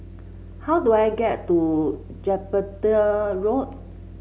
how do I get to Jupiter Road